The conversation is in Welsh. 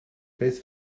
beth